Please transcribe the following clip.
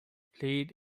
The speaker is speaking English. played